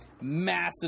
massive